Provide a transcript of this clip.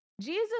Jesus